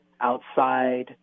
outside